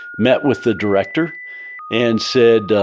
met with the director and said,